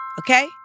Okay